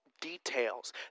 details